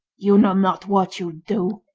you know not what you do.